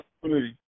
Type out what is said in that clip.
opportunity